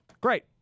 great